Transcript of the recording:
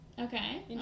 Okay